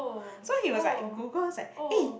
so he was like Google's like eh